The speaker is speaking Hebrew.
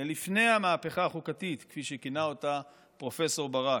ללפני המהפכה החוקתית, כפי שכינה אותה פרופ' ברק,